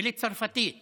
לצרפתית ולגרמנית,